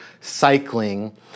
cycling